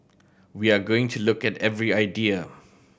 we are going to look at every idea